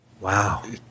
Wow